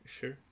Sure